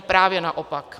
Právě naopak.